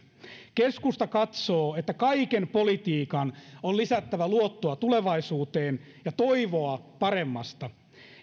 keskusta katsoo että kaiken politiikan on lisättävä luottoa tulevaisuuteen ja toivoa paremmasta